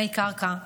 מי קרקע,